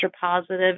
positive